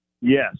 Yes